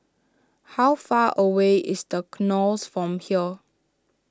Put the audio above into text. how far away is the Knolls from here